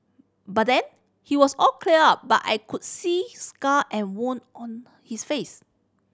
by then he was all clear up but I could still see scar and wound on his face